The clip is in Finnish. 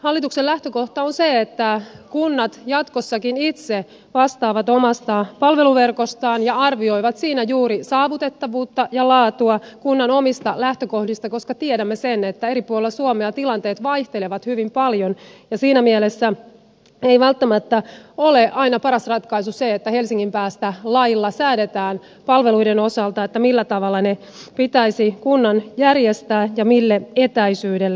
hallituksen lähtökohta on se että kunnat jatkossakin itse vastaavat omasta palveluverkostaan ja arvioivat siinä juuri saavutettavuutta ja laatua kunnan omista lähtökohdista koska tiedämme sen että eri puolilla suomea tilanteet vaihtelevat hyvin paljon ja siinä mielessä ei välttämättä ole aina paras ratkaisu se että helsingin päästä lailla säädetään palveluiden osalta millä tavalla ne pitäisi kunnan järjestää ja mille etäisyydelle